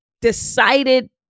decided